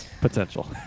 Potential